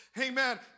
amen